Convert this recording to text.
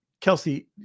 Kelsey